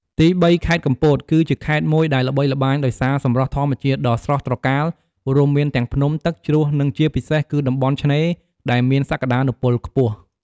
ទីបី ខេត្តកំពត គឺជាខេត្តមួយដែលល្បីល្បាញដោយសារសម្រស់ធម្មជាតិដ៏ស្រស់ត្រកាល រួមមានទាំងភ្នំ ទឹកជ្រោះ និងជាពិសេសគឺតំបន់ឆ្នេរដែលមានសក្ដានុពលខ្ពស់។